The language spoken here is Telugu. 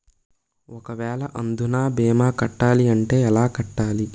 ఒక వేల అందునా భీమా కట్టాలి అంటే ఎలా కట్టాలి?